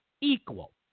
equal